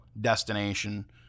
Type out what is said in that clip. Destination